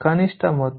5 ಏಕಮಾನವಾಗಿದೆ